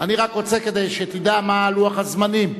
אני רק רוצה, כדי שתדע, מה לוח הזמנים.